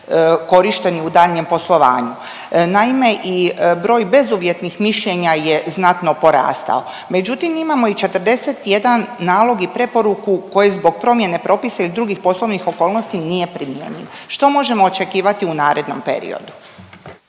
korišteni u daljnjem poslovanju. Naime, i broj bezuvjetnih mišljenja je znatno porastao, međutim, imamo i 41 nalog i preporuku koje zbog promjene propisa i drugih poslovnih okolnosti nije primjenjiv. Što možemo očekivati u narednom periodu?